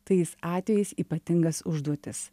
tais atvejais ypatingas užduotis